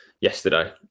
yesterday